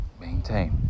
maintain